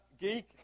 geek